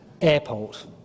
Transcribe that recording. airport